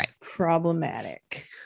problematic